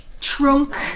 trunk